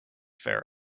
fair